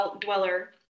dweller